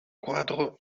quadro